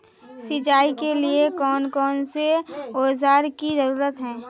सिंचाई के लिए कौन कौन से औजार की जरूरत है?